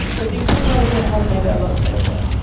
but decriminalizing it has made it a lot safer.